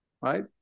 Right